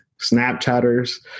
snapchatters